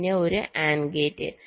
പിന്നെ ഒരു AND gate